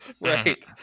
Right